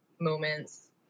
moments